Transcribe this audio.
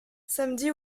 samedi